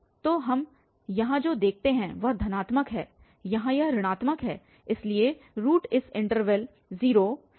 तो हम यहाँ जो देखते हैं वह धनात्मक है यहाँ यह ऋणात्मक है इसलिए रूट इस इन्टरवल 0025 के बीच स्थित है